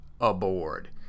aboard